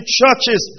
churches